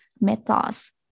methods